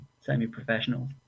semi-professional